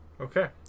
Okay